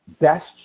Best